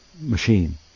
machine